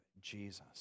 Jesus